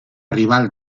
rival